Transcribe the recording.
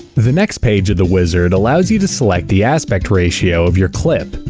the next page of the wizard allows you to select the aspect ratio of your clip.